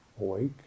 awake